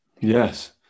Yes